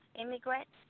immigrants